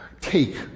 take